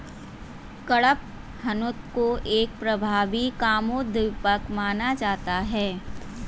कडपहनुत को एक प्रभावी कामोद्दीपक माना जाता है